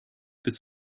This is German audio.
bis